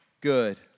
good